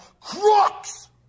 crooks